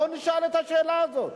בואו נשאל את השאלה הזאת.